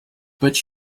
but